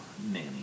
Nanny